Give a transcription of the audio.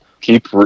Keep